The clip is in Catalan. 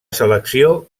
selecció